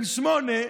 בן שמונה,